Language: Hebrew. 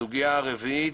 הסוגיה הרביעית